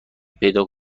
پیدا